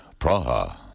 Praha